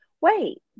wait